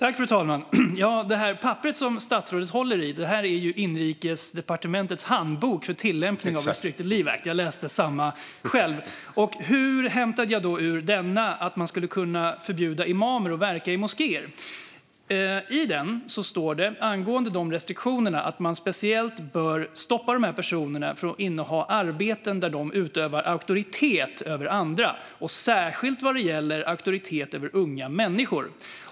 Fru talman! De papper som statsrådet håller i är inrikesdepartementets handbok för tillämpning av restricted leave act. : Exakt!) Jag läste samma själv. Hur hämtade jag då ur den att man skulle kunna förbjuda imamer att verka i moskéer? Där står det angående restriktionerna att man speciellt bör stoppa dessa personer från att inneha arbeten där de utövar auktoritet över andra, särskilt auktoritet över unga människor.